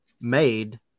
made